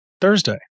Thursday